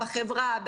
חברה,